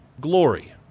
glory